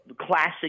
classic